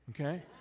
Okay